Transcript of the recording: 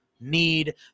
need